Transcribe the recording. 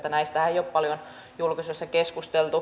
näistähän ei ole paljon julkisuudessa keskusteltu